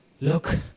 Look